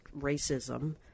racism